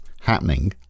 happening